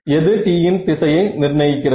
எது t இன் திசையை நிர்ணயிக்கிறது